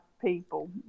people